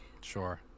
Sure